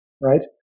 right